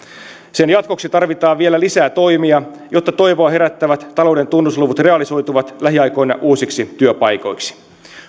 sen jatkoksi tarvitaan vielä lisää toimia jotta toivoa herättävät talouden tunnusluvut realisoituvat lähiaikoina uusiksi työpaikoiksi